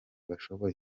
bashoboye